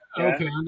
Okay